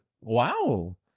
Wow